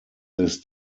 this